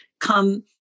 come